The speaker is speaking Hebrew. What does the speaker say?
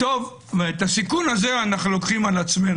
את הסיכון הזה אנחנו לוקחים על עצמנו.